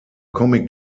comic